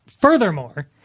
Furthermore